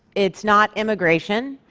it's not immigration,